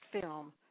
film